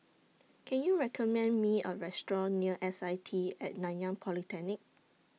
Can YOU recommend Me A Restaurant near S I T At Nanyang Polytechnic